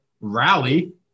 rally